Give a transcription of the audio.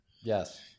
Yes